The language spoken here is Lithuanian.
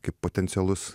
kaip potencialus